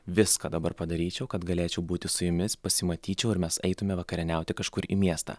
viską dabar padaryčiau kad galėčiau būti su jumis pasimatyčiau ir mes eitume vakarieniauti kažkur į miestą